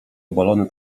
obalony